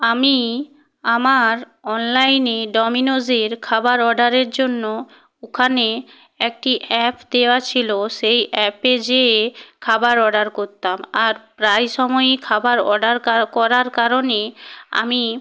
আমি আমার অনলাইনে ডমিনোসের খাবার অডারের জন্য ওখানে একটি অ্যাপ দেওয়া ছিলো সেই অ্যাপে গিয়ে খাবার অর্ডার করতাম আর প্রায় সময়ই খাবার অর্ডার কা করার কারণে আমি